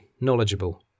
knowledgeable